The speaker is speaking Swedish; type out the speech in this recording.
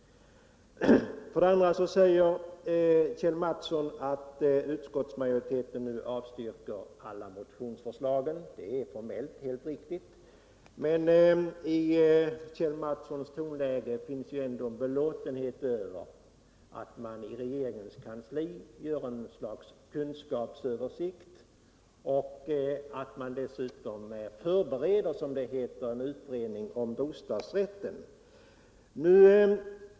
Kjell Mattsson sade att utskottsmajoriteten avstyrker alla motionsförslag. Det är formellt helt riktigt, men i hans tonläge fanns ändå en belåtenhet över att man i regeringskansliet gör ett slags kunskapsöversikt och att man dessutom, som det heter, förbereder en utredning om bostadsrätten.